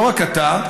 לא רק אתה,